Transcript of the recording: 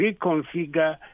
reconfigure